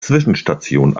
zwischenstation